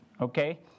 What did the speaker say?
okay